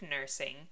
Nursing